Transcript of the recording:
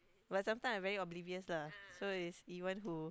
but some time I very oblivious lah so it's even who